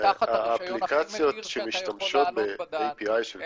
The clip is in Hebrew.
--- תחת הרישיון הכי מחמיר שאתה יכול להעלות בדעתך.